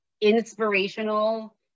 inspirational